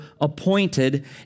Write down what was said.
appointed